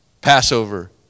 Passover